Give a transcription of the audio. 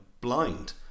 blind